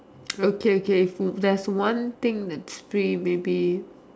okay okay there's one thing that's free maybe